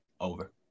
over